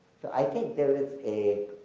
so i think there is a,